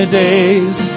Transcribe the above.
days